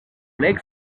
leg